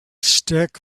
stick